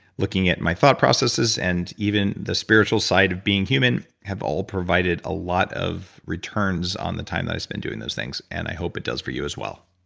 looking at my thought processes and even the spiritual side of being human have all provided a lot of returns on the time that i spend doing those things. and i hope it does for you as well